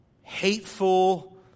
hateful